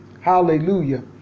hallelujah